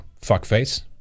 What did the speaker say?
fuckface